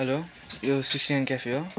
हलो यो CCN cafe हो